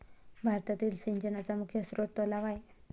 भारतातील सिंचनाचा मुख्य स्रोत तलाव आहे